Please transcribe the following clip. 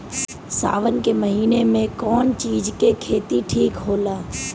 सावन के महिना मे कौन चिज के खेती ठिक होला?